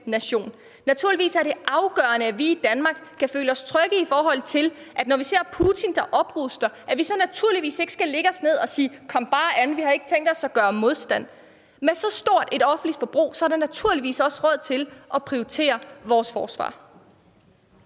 nation. Naturligvis er det afgørende, at vi i Danmark kan føle os trygge. Når vi ser Putin, der opruster, skal vi naturligvis ikke lægge os ned og sige: Kom bare an, for vi har ikke tænkt os at gøre modstand. Med så stort et offentligt forbrug er der naturligvis også råd til at prioritere vores forsvar.